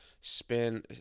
spin